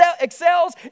excels